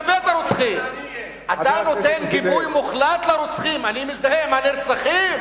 חבר הכנסת זאב, להפתעתך, אני מזדהה עם הנרצחים,